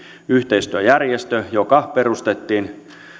yhteistyöjärjestö joka perustettiin